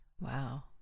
Wow